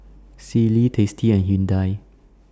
Sealy tasty and Hyundai